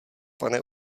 pane